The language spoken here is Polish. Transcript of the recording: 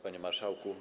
Panie Marszałku!